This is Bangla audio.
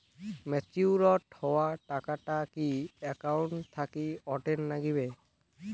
ম্যাচিওরড হওয়া টাকাটা কি একাউন্ট থাকি অটের নাগিবে?